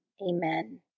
Amen